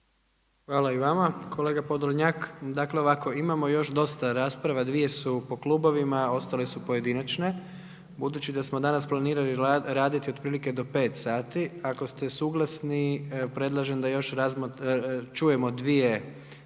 Hvala i vama kolega Podolnjak. Dakle ovako, imamo još dosta rasprava, dvije su po klubovima a ostale su pojedinačne. Budući da smo danas planirali raditi otprilike do 17 sati ako ste suglasni evo predlažem da još čujemo dvije rasprave